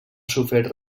sofert